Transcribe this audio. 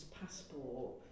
passport